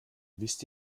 wisst